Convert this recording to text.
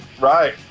Right